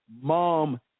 Mom